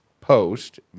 post